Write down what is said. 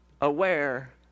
aware